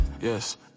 yes